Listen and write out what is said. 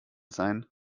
sein